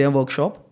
workshop